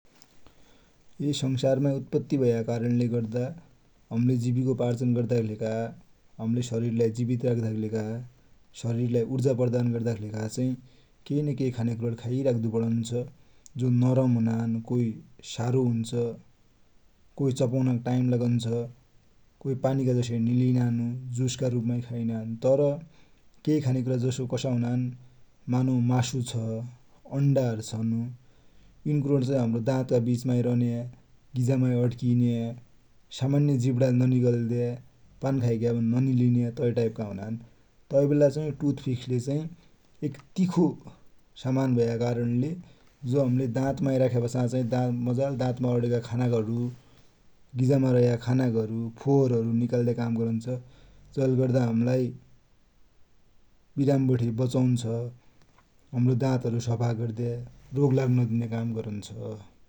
ये संसारमा उत्पत्ति भया कारणले गर्दा हमले जीविको पार्जन गर्दाकी लेखा, हमले शरीरलाई जिवित राख्दाकी लेखा, शरीरलाई उर्जा प्रदान गर्दाकी लेखा चाहि केइ न केइ खान्याकुरा खाई राख्दु पडुन्छ । जो नरम हुनान, कोइ सारो हुन्छ, कोइ चपुनाकी टाइम लागुन्छ, कोइ पानीका जसरी निलिनान्, जुुुुुसका रुपमा खाइनान, तर के खान्याकुरा जसा कसा हुनान मानौ मासु छ, अण्डाहरु छन् इन कुरा चाहि हमरा दातका विचमा रन्या, गीजामा अड्कीन्या, सामान्य जीव्राले ननिकल्या, पानी खाइग्यावटी न निलिन्या तै टाइपका हुनान् । तैवेला चाहि टुथपिकले चाही एक तिखो समान भया कारणले जो हमले दातमाई राख्यापाछा चाहि मजाले दातमा अड्क्याका खान्याकुराहरु, गीजामा रया खानाकीहरु, फोहरहरु निकाल्या काम गरुन्छ । जैले गर्दा हमलाई विरामी वठे वचुन्छ । हमरो दातहरु सफा गर्द्या रोग लाग्द नदिन्या काम गरुन्छ ।